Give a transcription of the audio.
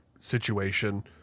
situation